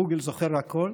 גוגל זוכר הכול.